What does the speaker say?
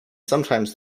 sometimes